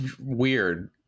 weird